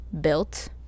built